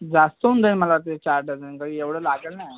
जास्त होऊन जाईल मला वाटते चार डझन एवढं लागेल नाही